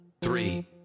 Three